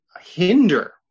hinder